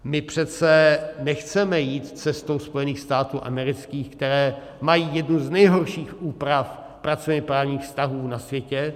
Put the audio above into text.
My přece nechceme jít cestou Spojených států amerických, které mají jednu z nejhorších úprav pracovněprávních vztahů na světě.